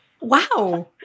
Wow